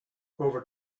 over